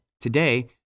Today